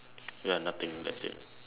ya nothing that's it